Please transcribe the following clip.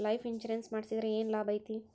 Life insurance ಮಾಡ್ಸಿದ್ರ ಏನ್ ಲಾಭೈತಿ?